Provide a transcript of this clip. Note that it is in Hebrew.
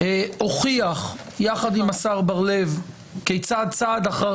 הוכיח יחד עם השר בר-לב כיצד צעד אחר